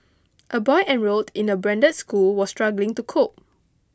a boy enrolled in a branded school was struggling to cope